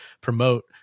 promote